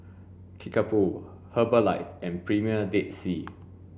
Kickapoo Herbalife and Premier Dead Sea